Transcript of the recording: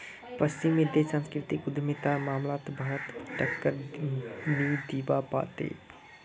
पश्चिमी देश सांस्कृतिक उद्यमितार मामलात भारतक टक्कर नी दीबा पा तेक